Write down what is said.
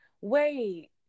Wait